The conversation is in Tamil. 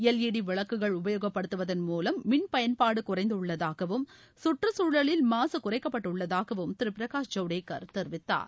எல்இட விளக்குகள் உபயோகப்படுத்துவதன் மூலம் மின்பயன்பாடு குறைந்துள்ளதாகவும் கற்றுச்சூழலில் மாசு குறைக்கப்பட்டுள்ளதாகவும் திரு பிரகாஷ் ஜவடேகர் தெரிவித்தார்